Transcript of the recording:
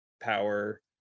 power